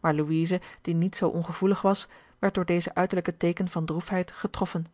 maar louise die niet zoo ongevoelig was werd door deze uiterlijke teekenen van droefheid getroffen